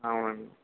అవునండి